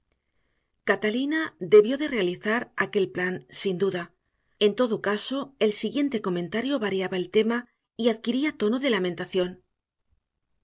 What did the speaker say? catalina debió de realizar aquel plan sin duda en todo caso el siguiente comentario variaba el tema y adquiría tono de lamentación